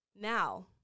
Now